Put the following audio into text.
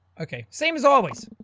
ok, same as always